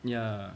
yeah